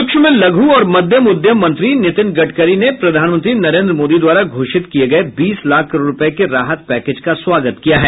सूक्ष्म लघू और मध्य उद्यम मंत्री नीतिन गडकरी ने प्रधानमंत्री नरेन्द्र मोदी द्वारा घोषित किए गए बीस लाख करोड़ रूपये के राहत पैकेज का स्वागत किया है